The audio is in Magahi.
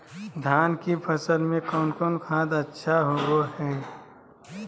धान की फ़सल में कौन कौन खाद अच्छा होबो हाय?